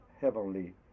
heavenly